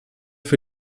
für